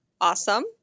Awesome